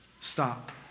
stop